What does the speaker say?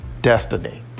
destiny